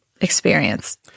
experience